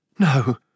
No